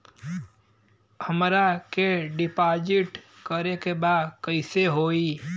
हमरा के डिपाजिट करे के बा कईसे होई?